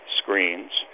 screens